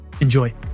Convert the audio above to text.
Enjoy